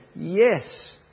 yes